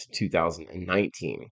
2019